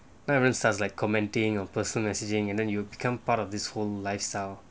not even start like commenting or person messaging and then you become part of this whole lifestyle